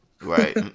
Right